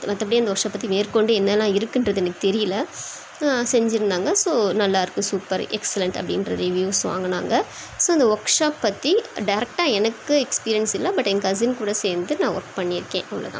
மற்றபடி அந்த workshop பற்றி மேற்கொண்டு என்னென்ன இருக்குதுன்றது எனக்கு தெரியல செஞ்சியிருந்தாங்கள் ஸோ நல்லா இருக்குது சூப்பர் எக்ஸெலண்ட் அப்படின்ற ரிவியூஸ் வாங்குனாங்கள் ஸோ இந்த ஒர்க் ஷாப் பற்றி டேரெக்டாக எனக்கு எக்ஸ்பீரியன்ஸ் இல்லை பட் என் கசின் கூட சேர்ந்து நான் ஒர்க் பண்ணியிருக்கேன் அவ்வளோதான்